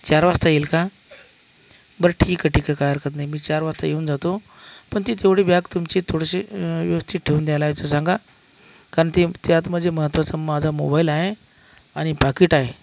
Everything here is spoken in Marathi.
चार वाजता येईल का बरं ठीक आहे ठीक आहे काय हरकत नाही मी चार वाजता येऊन जातो पण ती तेवढी बॅग तुमची थोडीशी व्यवस्थित ठेवून द्यायला याचं सांगा कारण ते त्यात माझं महत्वाचं माझा मोबाईल आहे आणि पाकीट आहे